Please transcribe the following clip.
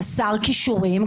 חסר כישורים,